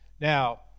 Now